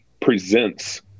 presents